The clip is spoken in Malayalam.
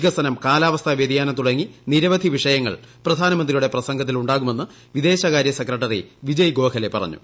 വികസനം കാലാവസ്ഥാ വൃതിയാനം തുടങ്ങി നിരവധി വിഷയങ്ങൾ പ്രധാനമന്ത്രിയുടെ പ്രസംഗത്തിൽ ഉണ്ടാകുമെന്ന് വിദേശകാര്യ സെക്രട്ടറി വിജയ് ഗോഖലെ പറഞ്ഞു